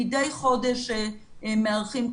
מדי חודש מארחים,